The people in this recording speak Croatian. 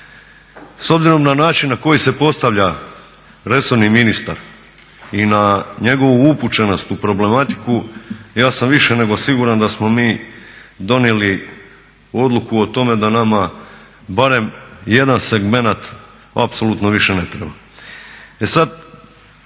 S obzirom na način na koji se postavlja resorni ministar i na njegovu upućenost u problematiku ja sam više nego siguran da smo mi donijeli odluku o tome da nama barem jedan segment apsolutno više ne treba.